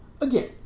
Again